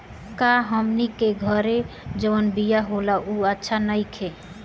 का हमनी के घरे जवन बिया होला उ अच्छा नईखे?